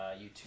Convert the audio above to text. YouTube